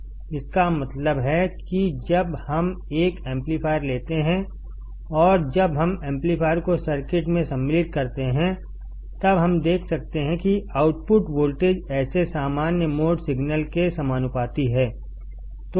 इसका मतलब है कि जब हम एक एम्पलीफायर लेते हैं और जब हम एम्पलीफायर को सर्किट में सम्मिलित करते हैंतब हम देख सकते हैं कि आउटपुट वोल्टेज ऐसे सामान्य मोड सिग्नल के समानुपाती है